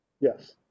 Yes